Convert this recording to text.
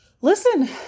listen